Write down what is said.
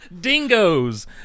Dingoes